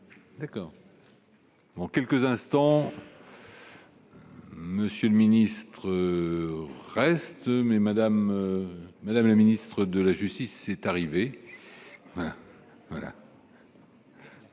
d'accord. En quelques instants. Monsieur le ministre reste mais Madame Madame le ministre de la justice est arrivé voilà.